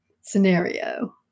scenario